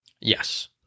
Yes